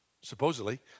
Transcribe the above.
supposedly